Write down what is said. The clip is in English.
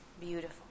Beautiful